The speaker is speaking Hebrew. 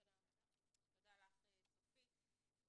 תודה לך, צופית.